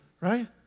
Right